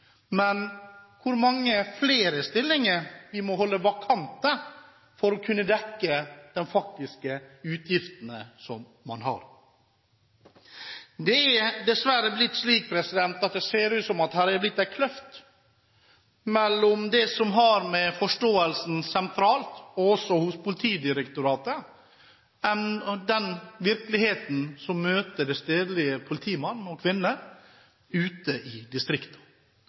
men hvor mange flere stillinger vi må holde vakante for å kunne dekke de faktiske utgiftene man har. Det er dessverre blitt slik at det ser ut som det her har blitt en kløft mellom det som har å gjøre med forståelsen sentralt, også hos Politidirektoratet, og den virkeligheten som møter den stedlige politimann og -kvinne ute i